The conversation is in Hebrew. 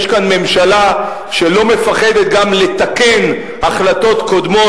יש כאן ממשלה שלא מפחדת גם לתקן החלטות קודמות,